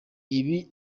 ibi